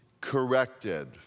corrected